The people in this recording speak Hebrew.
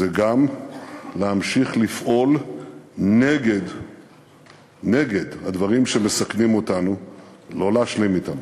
זה גם להמשיך לפעול נגד הדברים שמסכנים אותנו ולא להשלים אתם.